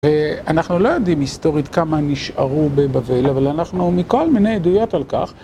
אנחנו לא יודעים היסטורית כמה נשארו בבבל, אבל אנחנו מכל מיני עדויות על כך.